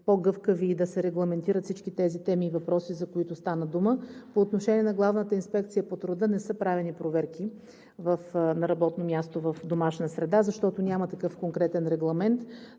по-гъвкави и да се регламентират всички тези теми и въпроси, за които стана дума. По отношение на Главната инспекция по труда. Не са правени проверки на работно място в домашна среда, защото няма такъв конкретен регламент,